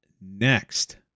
next